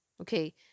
Okay